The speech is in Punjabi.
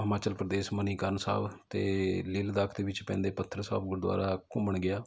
ਹਿਮਾਚਲ ਪ੍ਰਦੇਸ਼ ਮਨੀਕਰਨ ਸਾਹਿਬ ਅਤੇ ਲੇਹ ਲੱਦਾਖ ਦੇ ਵਿੱਚ ਪੈਂਦੇ ਪੱਥਰ ਸਾਹਿਬ ਗੁਰਦੁਆਰਾ ਘੁੰਮਣ ਗਿਆ